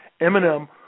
Eminem